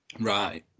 right